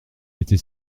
était